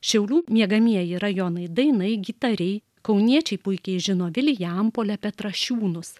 šiaulių miegamieji rajonai dainai gitariai kauniečiai puikiai žino vilijampolę petrašiūnus